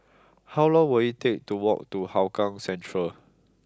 how long will it take to walk to Hougang Central